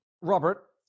Robert